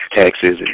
taxes